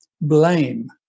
blame